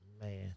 man